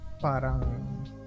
Parang